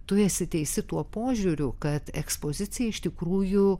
tu esi teisi tuo požiūriu kad ekspozicija iš tikrųjų